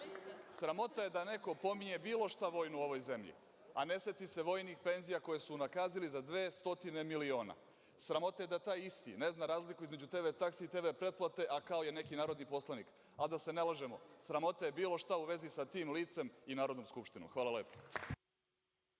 Sramota je da neko pominje bilo šta vojno u ovoj zemlji, a ne seti se vojnih penzija koje su unakazili za 200 miliona. Sramota je da taj isti ne zna razliku između TV taksi i TV pretplate, a kao je neki narodni poslanik. A da se ne lažemo, sramota je bilo šta u vezi sa ti licem i Narodnom skupštinom. Hvala lepo.